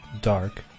dark